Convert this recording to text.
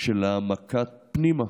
של העמקה פנימה,